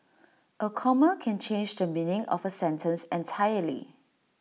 A comma can change the meaning of A sentence entirely